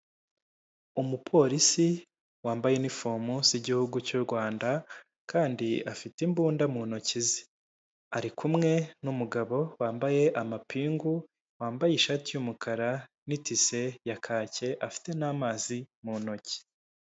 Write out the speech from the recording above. Umupolisi wambaye inifomu z'igihugu cy'u Rwanda, kandi afite imbunda mu ntoki ze, ari kumwe n'umugabo wambaye amapingu, wambaye ishati y'umukara n'itise ya kake, afite n'amazi mu ntoki.